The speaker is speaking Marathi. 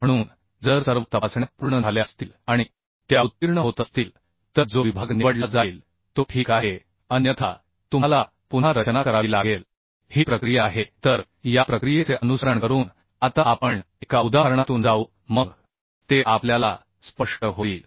म्हणून जर सर्व तपासण्या पूर्ण झाल्या असतील आणि त्या उत्तीर्ण होत असतील तर जो विभाग निवडला जाईल तो ठीक आहे अन्यथा तुम्हाला पुन्हा रचना करावी लागेल ही प्रक्रिया आहे तर या प्रक्रियेचे अनुसरण करून आता आपण एका उदाहरणातून जाऊ मग ते आपल्याला स्पष्ट होईल